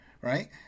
right